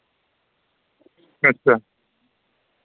अच्छा